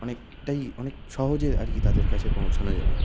অনেকটাই অনেক সহজে আর কি তাদের কাছে পৌঁছানো যাবে